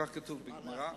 כך כתוב בגמרא.